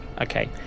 Okay